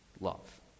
love